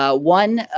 ah one,